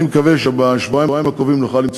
אני מקווה שבשבועיים הקרובים נוכל למצוא